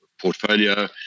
Portfolio